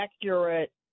accurate